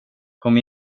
kom